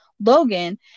Logan